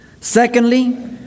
Secondly